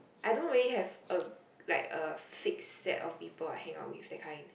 I don't really have a like a fix set of people I hang out with that kind